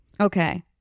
Okay